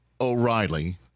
O'Reilly